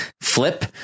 Flip